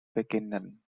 beginnen